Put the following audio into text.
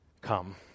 come